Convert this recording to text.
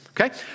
Okay